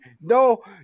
No